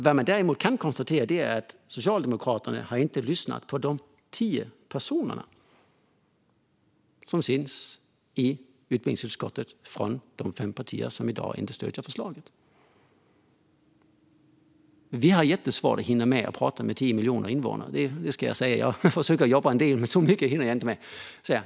Vad som däremot kan konstateras är att Socialdemokraterna inte har lyssnat på de tio personer i utbildningsutskottet som kommer från de fem partier som i dag inte stöder förslaget. Det ska sägas att vi har jättesvårt att hinna med att prata med 10 miljoner invånare. Jag försöker jobba en del, men så mycket hinner jag inte med.